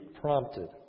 prompted